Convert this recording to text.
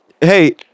Hey